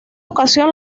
ocasión